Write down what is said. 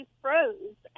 froze